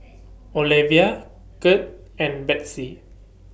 Olevia Kurt and Betsey